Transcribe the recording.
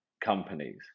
companies